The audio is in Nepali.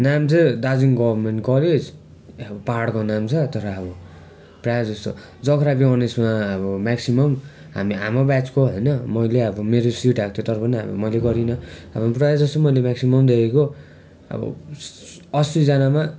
नाम चाहिँ दार्जिलिङ गभर्मेन्ट कलेज अब पहाडको नाम छ तर अब प्राय जस्तो जिओग्राफी अनर्समा अब म्याक्सिमम हामी हाम्रो ब्याचको होइन मैले अब मेरो सिट आएको थियो तर पनि अब मैले गरिनँ अब प्राय जसो मैले म्याक्सिमम देखेको अब असीजनामा